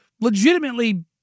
legitimately